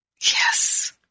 Yes